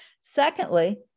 Secondly